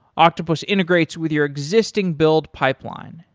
octopus integrates with your existing build pipeline,